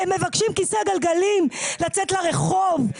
הם מבקשים כיסא גלגלים לצאת לרחוב.